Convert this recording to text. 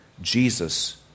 Jesus